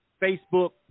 Facebook